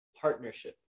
partnership